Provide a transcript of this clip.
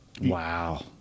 Wow